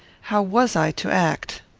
how was i to act?